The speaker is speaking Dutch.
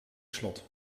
slot